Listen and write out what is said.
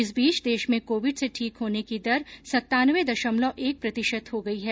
इस बीच देश में कोविड से ठीक होने की दर सत्तानवे दशमलव एक प्रतिशत हो गई है